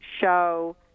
show